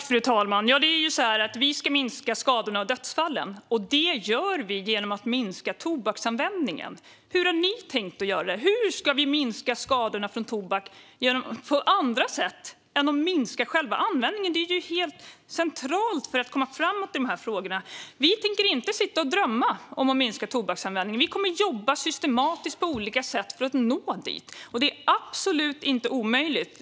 Fru talman! Vi ska minska skadorna och dödsfallen, och det gör vi genom att minska tobaksanvändningen. Hur har ni tänkt göra det? Hur ska vi minska skadorna från tobak på andra sätt än genom att minska själva användningen? Det är ju helt centralt för att komma framåt i dessa frågor. Vi tänker inte sitta och drömma om att minska tobaksanvändningen. Vi kommer att jobba systematiskt på olika sätt för att nå dit. Det är absolut inte omöjligt.